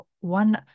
one